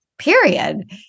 period